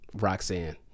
Roxanne